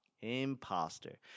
Imposter